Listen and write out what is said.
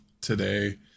today